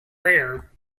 rare